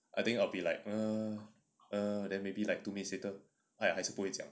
I think I'll be like err err then maybe like two minutes later !hais! 还是不会讲